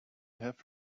have